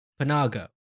Panago